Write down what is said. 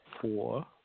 four